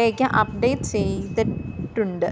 ലേക്ക് update ചെയ്തിട്ടുണ്ട്